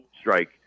strike